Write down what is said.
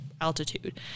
altitude